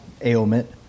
ailment